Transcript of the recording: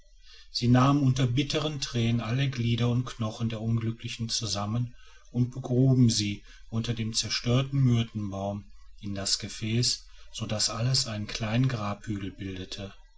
sie nahmen unter bittern tränen alle glieder und knochen der unglücklichen zusammen und begruben sie unter dem zerstörten myrtenbaum in das gefäß so daß alles einen kleinen grabhügel bildete